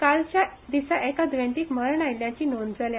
कालच्या दिसा एका दुर्येतीक मरण आयिल्ल्याची नोंद जाल्या